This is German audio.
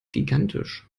gigantisch